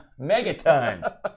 megatons